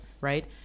right